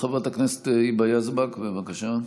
חברת הכנסת היבה יזבק, בבקשה.